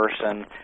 person